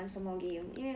oh okay